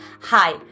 Hi